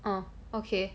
oh okay